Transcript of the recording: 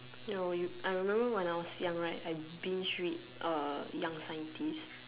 no you I remember when I was young right I buzz read young scientist